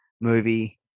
movie